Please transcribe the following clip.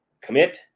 Commit